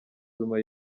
zuma